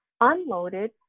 unloaded